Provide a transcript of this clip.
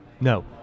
No